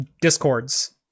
Discords